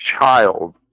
child